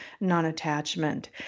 non-attachment